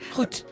Goed